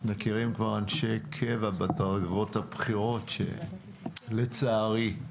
כבר מכירים אנשי קבע בדרגות הבכירות שכשלו, לצערי.